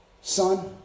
Son